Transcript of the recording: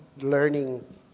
learning